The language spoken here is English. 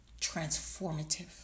transformative